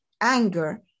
anger